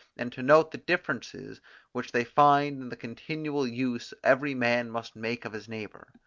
and to note the differences which they find in the continual use every man must make of his neighbour.